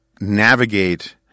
navigate